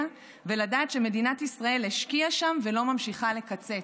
ולדעת שמדינת ישראל השקיעה שם ולא ממשיכה לקצץ?